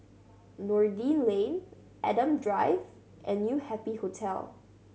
Noordin Lane Adam Drive and New Happy Hotel